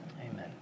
Amen